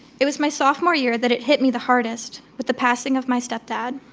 it was my sophomore year that it hit me the hardest with the passing of my stepdad.